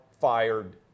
fired